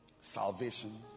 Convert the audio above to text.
Salvation